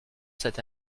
cette